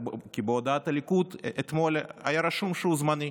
כי בהודעת הליכוד אתמול היה רשום שהוא זמני.